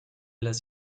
las